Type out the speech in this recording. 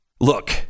Look